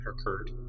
occurred